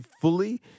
fully